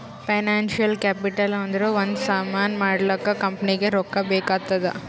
financial capital ಅಂದುರ್ ಒಂದ್ ಸಾಮಾನ್ ಮಾಡ್ಲಾಕ ಕಂಪನಿಗ್ ರೊಕ್ಕಾ ಬೇಕ್ ಆತ್ತುದ್